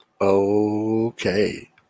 okay